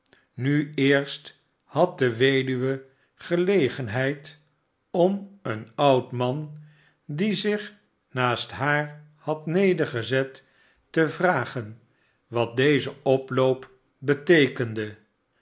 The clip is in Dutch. nu eerst had de weduwe gelegenheid om een oud man die zich naast haar had nedergezet te vragen wat deze oploop beteekende